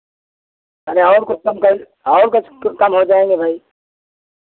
अरे और कुछ कम कर और कुछ कम हो जाएँगे भाई